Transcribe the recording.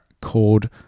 called